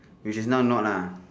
which is not note lah